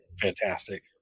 fantastic